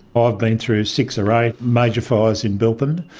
ah i've been through six or eight major fires in bilpin,